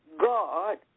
God